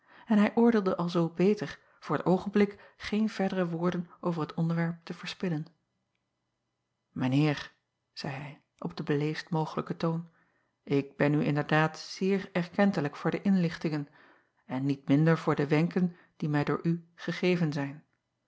en hij oordeelde alzoo beter voor t oogenblik geen verdere woorden over het onderwerp te spillen ijn eer zeî hij op den beleefdst mogelijken toon ik ben u inderdaad zeer erkentelijk voor de inlichtingen en niet minder voor de wenken die mij door u gegeven zijn